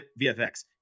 VFX